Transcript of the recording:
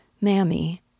Mammy